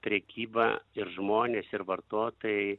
prekyba ir žmonės ir vartotojai